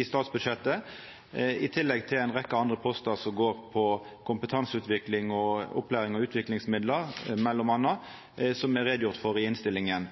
i statsbudsjettet i tillegg til ei rekkje andre postar som går på m.a. kompetanseutvikling, opplæring og utviklingsmidlar, som er gjort greie for i innstillinga.